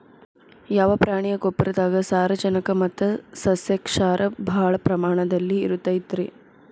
ಯಾವ ಪ್ರಾಣಿಯ ಗೊಬ್ಬರದಾಗ ಸಾರಜನಕ ಮತ್ತ ಸಸ್ಯಕ್ಷಾರ ಭಾಳ ಪ್ರಮಾಣದಲ್ಲಿ ಇರುತೈತರೇ?